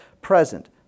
present